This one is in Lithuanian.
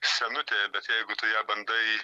senutė bet jeigu tu ją bandai